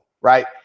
right